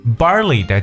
barley